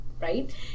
right